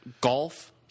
golf